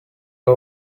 get